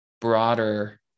broader